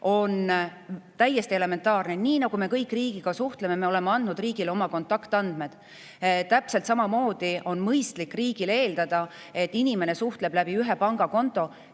on täiesti elementaarne. Me kõik suhtleme riigiga, me oleme andnud riigile oma kontaktandmed. Täpselt samamoodi on mõistlik riigil eeldada, et inimene suhtleb ühe pangakonto